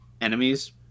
enemies